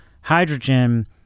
hydrogen